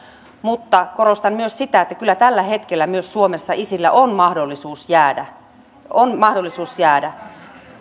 mutta korostan myös sitä että kyllä tällä hetkellä myös suomessa isillä on mahdollisuus jäädä on mahdollisuus jäädä vanhempainvapaalle